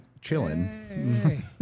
chilling